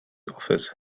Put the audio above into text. office